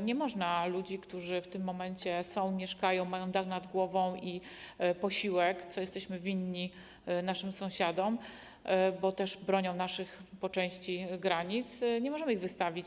nie można ludzi, którzy w tym momencie są, mieszkają, mają dach nad głową i posiłek - co jesteśmy winni naszym sąsiadom, bo też bronią po części naszych granic - wystawić.